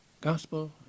Gospel